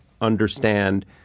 understand